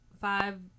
five